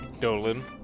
Dolan